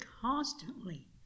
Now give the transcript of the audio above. constantly